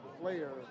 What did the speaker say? player